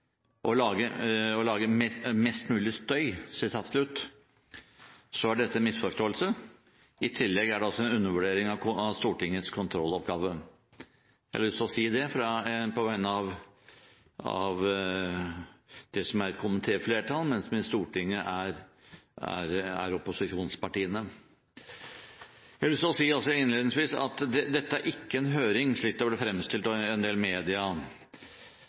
mest mulig støy», er dette en misforståelse, i tillegg er det også en undervurdering av Stortingets kontrolloppgave. Jeg har lyst til å si det på vegne av det som er et komitéflertall, men som i Stortinget er opposisjonspartiene. Jeg har også lyst til å si innledningsvis at dette er ikke en høring om såkalte partiutnevnelser, slik som det ble fremstilt i en del